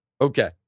Okay